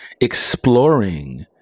exploring